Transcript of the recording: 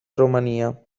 romania